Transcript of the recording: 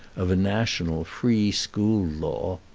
of a national free-school law.